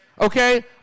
okay